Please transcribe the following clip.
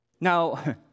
Now